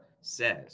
says